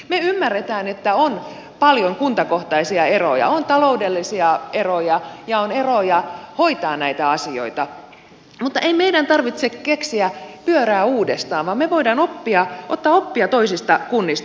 me ymmärrämme että on paljon kuntakohtaisia eroja on taloudellisia eroja ja on eroja hoitaa näitä asioita mutta ei meidän tarvitse keksiä pyörää uudestaan vaan me voimme ottaa oppia toisista kunnista